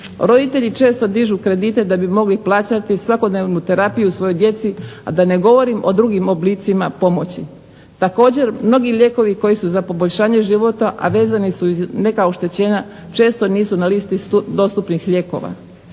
Roditelji često dižu kredite da bi mogli plaćati svakodnevnu terapiju svojoj djeci, a da ne govorim o drugim oblicima pomoći. Također mnogi lijekovi koji su za poboljšanje života a vezani su uz neka oštećenja često nisu na listi dostupnih lijekova.